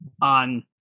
on